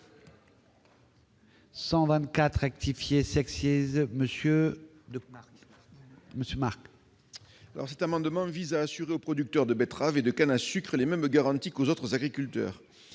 124 rectifié Cet amendement vise à assurer aux producteurs de betteraves et de canne à sucre les mêmes garanties qu'aux autres agriculteurs.